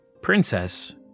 princess